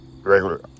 regular